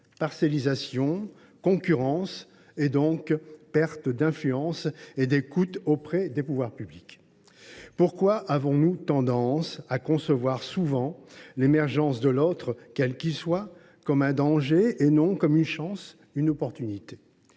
parcellisation, concurrence, donc perte d’influence et d’écoute auprès des pouvoirs publics. Pourquoi avons nous tendance à concevoir souvent l’émergence de l’autre, quel qu’il soit, comme un danger et non comme une chance ou une opportunité ?